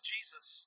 Jesus